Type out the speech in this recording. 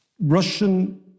Russian